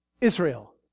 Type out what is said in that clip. Israel